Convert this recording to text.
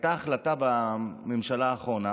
הייתה החלטה בממשלה האחרונה